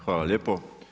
Hvala lijepo.